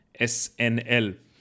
SNL